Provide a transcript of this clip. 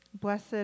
Blessed